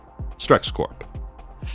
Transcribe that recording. StrexCorp